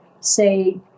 say